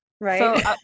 right